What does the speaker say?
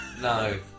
No